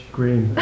Green